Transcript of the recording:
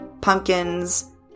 pumpkins